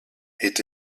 est